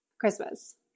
Christmas